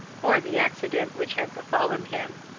or the accident which had befallen him.